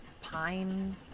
pine